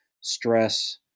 stress